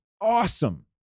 awesome